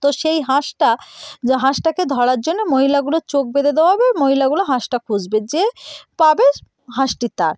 তো সেই হাঁসটা যে হাঁসটাকে ধরার জন্য মহিলাগুলোর চোখ বেঁধে দেওয়া হবে মহিলাগুলো হাঁসটা খুঁজবে যে পাবে হাঁসটি তার